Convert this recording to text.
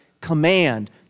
command